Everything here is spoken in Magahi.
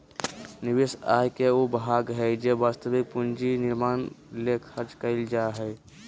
निवेश आय के उ भाग हइ जे वास्तविक पूंजी निर्माण ले खर्च कइल जा हइ